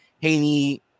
Haney